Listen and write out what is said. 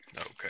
Okay